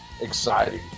exciting